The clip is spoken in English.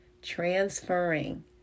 transferring